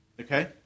Okay